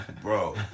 Bro